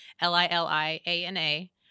L-I-L-I-A-N-A